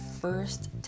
first